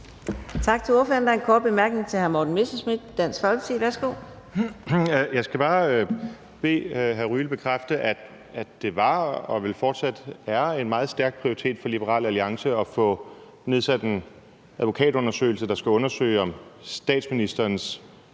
Jeg skal bare bede hr. Alexander Ryle bekræfte, at det var og vel fortsat er en meget stærk prioritet for Liberal Alliance at få nedsat en advokatundersøgelse, der skal undersøge, om statsministerens